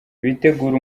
bitegure